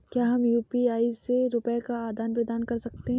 क्या हम यू.पी.आई से रुपये का आदान प्रदान कर सकते हैं?